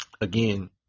again